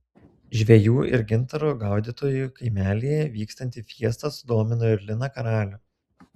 žvejų ir gintaro gaudytojų kaimelyje vykstanti fiesta sudomino ir liną karalių